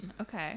okay